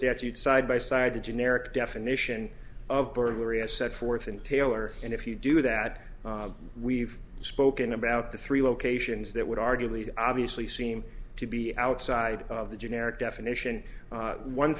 statute side by side the generic definition of burglary a set forth and tailor and if you do that we've spoken about the three locations that would arguably obviously seem to be outside of the generic definition